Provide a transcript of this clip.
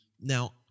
Now